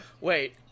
Wait